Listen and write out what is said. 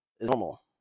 normal